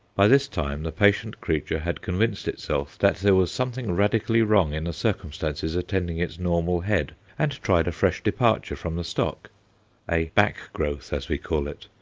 by this time the patient creature had convinced itself that there was something radically wrong in the circumstances attending its normal head, and tried a fresh departure from the stock a back growth, as we call it,